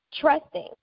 trusting